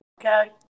okay